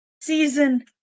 season